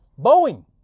Boeing